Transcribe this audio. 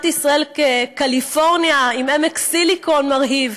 ישראל כקליפורניה עם עמק סיליקון מרהיב.